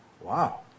Wow